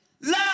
Love